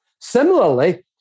Similarly